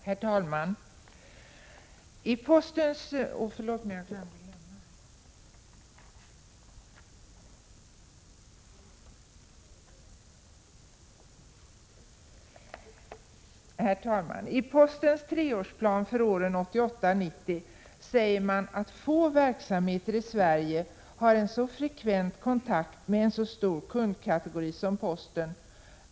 Herr talman! I postens treårsplan för åren 1988 — 1990 sägs att ”få verksamheter i Sverige har en så frekvent kontakt med en så stor kundkategori som Posten.